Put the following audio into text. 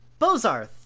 Bozarth